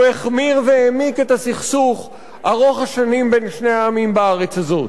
הוא החמיר והעמיק את הסכסוך ארוך השנים בין שני העמים בארץ הזאת.